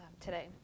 today